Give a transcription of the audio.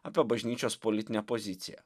apie bažnyčios politinę poziciją